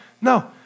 No